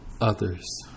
others